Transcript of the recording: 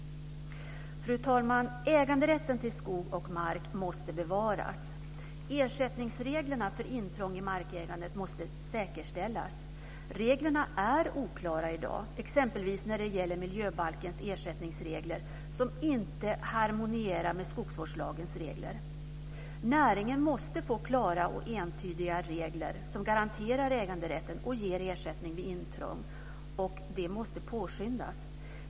Fru talman! Äganderätten till skog och mark måste bevaras. Ersättningsreglerna för intrång i markägandet måste säkerställas. Reglerna är oklara i dag, exempelvis när det gäller miljöbalkens ersättningsregler, som inte harmonierar med skogsvårdslagens regler. Näringen måste få klara och entydiga regler som garanterar äganderätten och ger ersättning vid intrång. Det måste påskyndas.